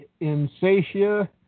Insatia